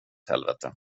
helvete